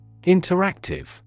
Interactive